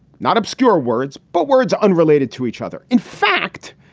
not obscure words, but words unrelated to each other. in fact,